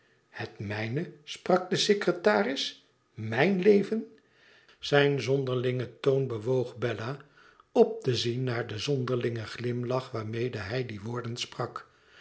het mijne sprak de secretaris mijn leven zijn zonderlinge toon bewoog bella op te zien naar den zonderlingen glimlach waarmede hij die woorden sprak